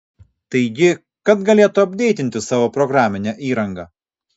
taigi kad galėtų apdeitinti savo programinę įranga